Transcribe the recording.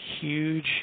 huge